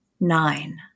Nine